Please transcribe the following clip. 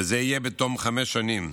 וזה יהיה בתום חמש שנים.